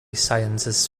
sciences